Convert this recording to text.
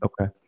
okay